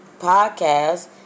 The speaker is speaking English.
Podcast